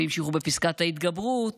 המשיכו בפסקת ההתגברות,